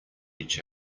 each